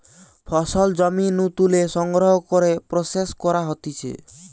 ফসল জমি নু তুলে সংগ্রহ করে প্রসেস করা হতিছে